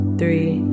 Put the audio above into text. three